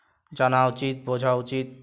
জানা উচিত বোঝা উচিত